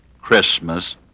Christmas